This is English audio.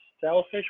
selfish